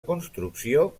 construcció